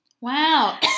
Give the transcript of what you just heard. Wow